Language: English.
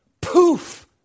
Poof